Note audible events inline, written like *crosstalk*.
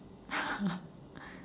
*laughs*